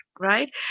right